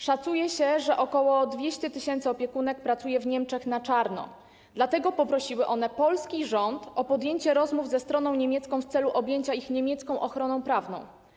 Szacuje się, że ok. 200 tys. opiekunek pracuje w Niemczech na czarno, dlatego poprosiły one polski rząd o podjęcie rozmów ze stroną niemiecką w celu objęcia ich niemiecką ochroną prawną.